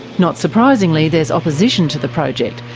not surprisingly there's opposition to the project,